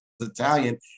italian